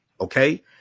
okay